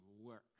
work